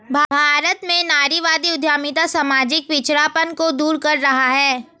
भारत में नारीवादी उद्यमिता सामाजिक पिछड़ापन को दूर कर रहा है